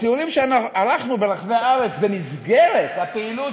בסיורים שערכנו ברחבי הארץ במסגרת הפעילות